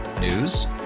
News